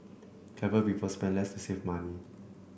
clever people spend less to save money